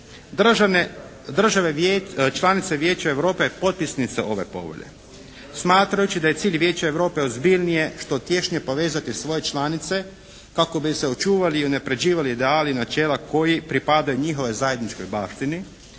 države članice Vijeća Europe potpisnice ove povelje smatrajući da je cilj Vijeća Europe ozbiljnije, što tješnje povezati svoje članice kako bi se očuvali i unapređivali ideali i načela koji pripadaju njihovoj zajedničkoj baštini